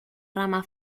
rama